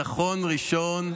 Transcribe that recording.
ניצחון ראשון.